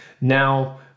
now